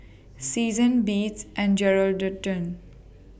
Seasons Beats and Geraldton